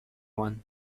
one